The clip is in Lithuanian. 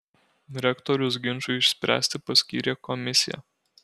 rektorius ginčui išspręsti paskyrė komisiją